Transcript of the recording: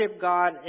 God